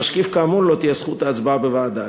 למשקיף כאמור לא תהיה זכות הצבעה בוועדה".